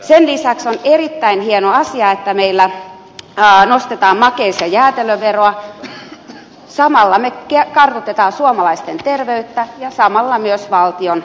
sen lisäksi on erittäin hieno asia että meillä nostetaan makeis ja jäätelöveroa samalla me kartutamme suomalaisten terveyttä ja samalla myös valtion kirstua